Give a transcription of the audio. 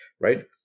right